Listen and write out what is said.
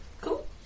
Cool